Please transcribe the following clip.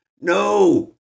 no